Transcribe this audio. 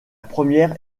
première